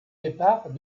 départ